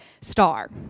star